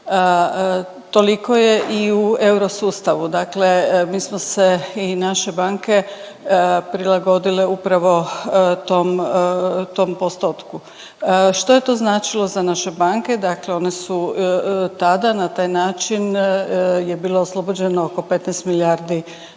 Toliko je i u euro sustavu. Dakle, mi smo se i naše banke prilagodile upravo tom postotku. Što je to značilo za naše banke, dakle one su tada na taj način je bilo oslobođeno oko 15 milijardi